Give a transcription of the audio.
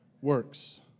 works